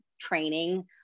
training